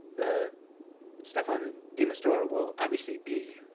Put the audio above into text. the staffan de mistura will obviously be